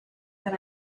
than